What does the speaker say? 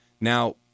now